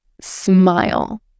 smile